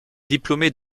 diplômé